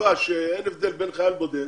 אין הבדל בין חייל בודד